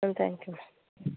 thank you ma'am